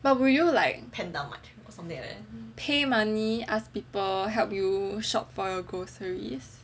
but will you pay money ask people help you shop for your groceries